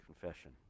confession